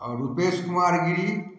और रूपेश कुमार गिरी